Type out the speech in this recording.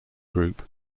group